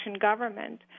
government